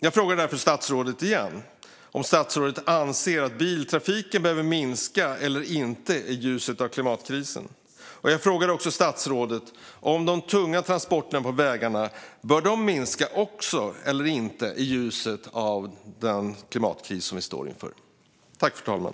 Jag frågar därför statsrådet igen om statsrådet anser att biltrafiken behöver minska eller inte i ljuset av klimatkrisen. Jag frågar också statsrådet om de tunga transporterna på vägarna bör minska eller inte i ljuset av klimatkrisen.